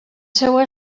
seua